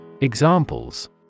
Examples